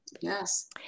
Yes